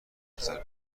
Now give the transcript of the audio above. نظر